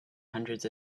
hundreds